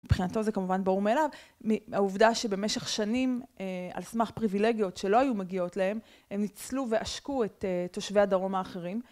מבחינתו זה כמובן ברור מאליו, העובדה שבמשך שנים, על סמך פריווילגיות שלא היו מגיעות להם, הם ניצלו ועשקו את תושבי הדרום האחרים.